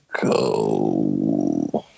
go